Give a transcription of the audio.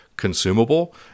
consumable